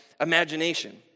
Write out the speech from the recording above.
imagination